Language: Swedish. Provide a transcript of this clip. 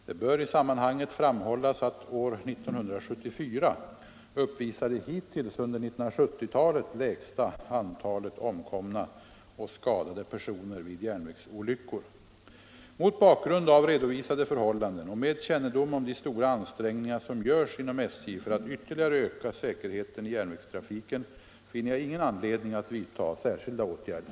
Det bör i sammanhanget framhållas att år 1974 uppvisar det hittills under 1970-talet lägsta antalet omkomna och skadade personer vid järnvägsolyckor. Mot bakgrund av redovisade förhållanden och med kännedom om de stora ansträngningar som görs inom SJ för att ytterligare öka säkerheten - i järnvägstrafiken finner jag ingen anledning att vidta särskilda åtgärder.